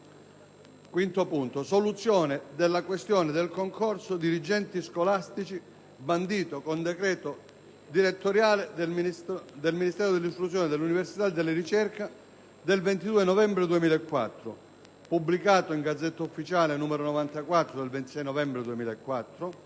5. soluzione della questione del concorso per dirigenti scolastici bandito con decreto direttoriale del Ministero dell'istruzione, dell'università e della ricerca del 22 novembre 2004, pubblicato nella Gazzetta Ufficiale n. 94 del 26 novembre 2004,